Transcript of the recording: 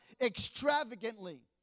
extravagantly